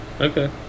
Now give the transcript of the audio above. Okay